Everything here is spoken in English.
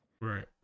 Right